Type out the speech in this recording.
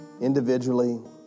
individually